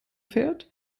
fährt